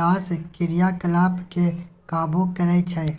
रास क्रियाकलाप केँ काबु करय छै